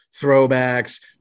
throwbacks